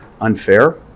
unfair